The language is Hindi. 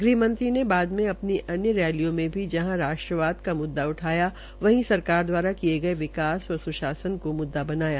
ग़हमंत्री ने बाद में अपनी अन्य रैलियों में भी जहां राष्ट्रवाद का मुद्दा उठाया वहीं सरकार दवारा किये गये विकास व स्शासन को मुद्दा बनाया